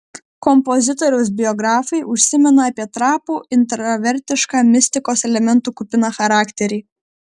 kompozitoriaus biografai užsimena apie trapų intravertišką mistikos elementų kupiną charakterį